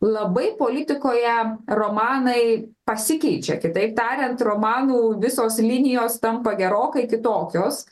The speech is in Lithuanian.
labai politikoje romanai pasikeičia kitaip tariant romanų visos linijos tampa gerokai kitokios